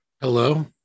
Hello